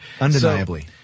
Undeniably